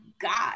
God